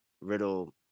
Riddle